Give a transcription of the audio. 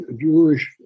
Jewish